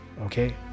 Okay